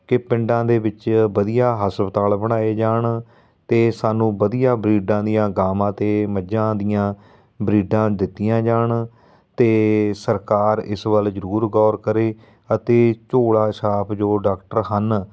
ਕਿ ਪਿੰਡਾਂ ਦੇ ਵਿੱਚ ਵਧੀਆ ਹਸਪਤਾਲ ਬਣਾਏ ਜਾਣ ਅਤੇ ਸਾਨੂੰ ਵਧੀਆ ਬਰੀਡਾਂ ਦੀਆਂ ਗਾਵਾਂ ਅਤੇ ਮੱਝਾਂ ਦੀਆਂ ਬਰੀਡਾਂ ਦਿੱਤੀਆਂ ਜਾਣ ਅਤੇ ਸਰਕਾਰ ਇਸ ਵੱਲ ਜ਼ਰੂਰ ਗੌਰ ਕਰੇ ਅਤੇ ਝੋਲਾ ਛਾਪ ਜੋ ਡਾਕਟਰ ਹਨ